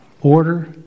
Order